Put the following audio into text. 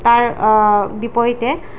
তাৰ বিপৰীতে